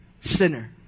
sinner